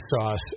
sauce